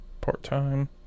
part-time